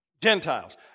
Gentiles